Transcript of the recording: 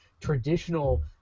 traditional